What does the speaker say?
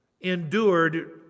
endured